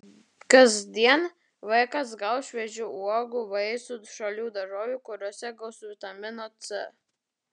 kasdien vaikas gaus šviežių uogų vaisių žalių daržovių kuriose gausu vitamino c